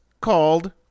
called